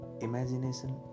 imagination